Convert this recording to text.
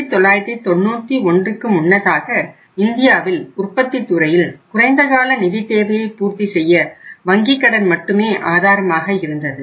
1991 க்கு முன்னதாக இந்தியாவில் உற்பத்தி துறையில் குறைந்த கால நிதித் தேவையை பூர்த்தி செய்ய வங்கிக்கடன் மட்டுமே ஆதாரமாக இருந்தது